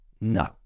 No